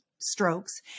strokes